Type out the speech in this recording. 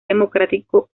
democrático